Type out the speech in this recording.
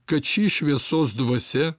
kad ši šviesos dvasia